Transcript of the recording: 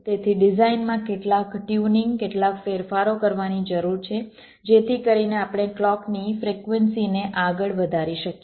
તેથી ડિઝાઇનમાં કેટલાક ટ્યુનિંગ કેટલાક ફેરફારો કરવાની જરૂર છે જેથી કરીને આપણે ક્લોકની ફ્રીક્વન્સી ને આગળ વધારી શકીએ